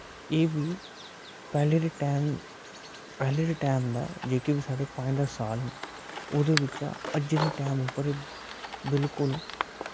एह् बी पैह्ले दे टैम न पैह्ले दे टैम दा जेह्के बी साढ़े पंज दस साल न ओह्दे बिच्चा अज्जे दे टैम उप्पर बिल्कुल